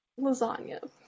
Lasagna